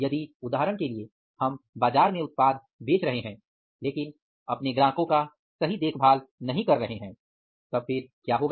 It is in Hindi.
यदि उदाहरण के लिए हम बाजार में उत्पाद बेच रहे हैं लेकिन अपने ग्राहकों की देखभाल नहीं कर रहे हैं तो क्या होगा